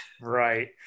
right